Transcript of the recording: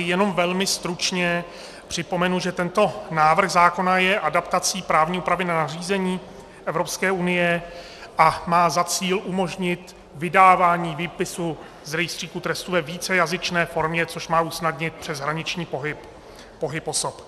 Jenom velmi stručně připomenu, že tento návrh zákona je adaptací právní úpravy nařízení Evropské unie a má za cíl umožnit vydávání výpisu z rejstříku trestů ve vícejazyčné formě, což má usnadnit přeshraniční pohyb osob.